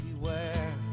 beware